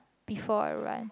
before I run